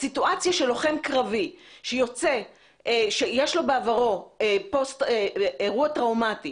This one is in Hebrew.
הסיטואציה שלוחם קרבי שיש לו בעברו אירוע טראומתי